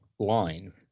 Line